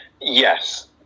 Yes